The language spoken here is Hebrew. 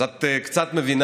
ואת "קצת" קצת,